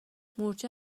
مورچه